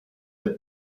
der